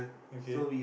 okay